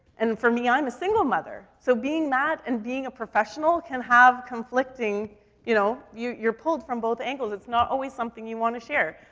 and for me, i'm a single mother, so being that and being a professional can have conflicting you know, you, you're pulled from both angles. it's not always something you wanna share.